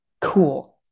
cool